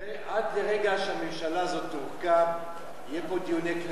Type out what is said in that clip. עד לרגע שהממשלה הזאת תורכב יהיו פה דיוני כנסת,